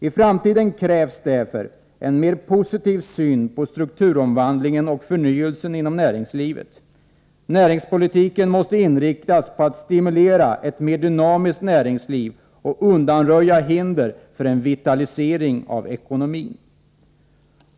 I framtiden krävs en mer positiv syn på strukturomvandling och förnyelse inom näringslivet. Näringspolitiken måste inriktas på att stimulera ett mer dynamiskt näringsliv och undanröja hinder för en vitalisering av ekonomin.